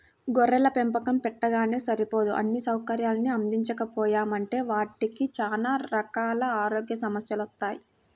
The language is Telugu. గొర్రెల పెంపకం పెట్టగానే సరిపోదు అన్నీ సౌకర్యాల్ని అందించకపోయామంటే వాటికి చానా రకాల ఆరోగ్య సమస్యెలొత్తయ్